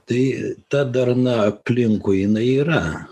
tai ta darna aplinkui jinai yra